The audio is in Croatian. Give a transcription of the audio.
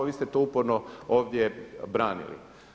Vi ste to uporno ovdje branili.